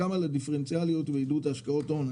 בנוסף, נדרשת דיפרנציאליות בעידוד השקעות הון.